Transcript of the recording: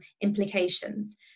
implications